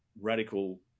radical